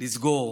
לסגור.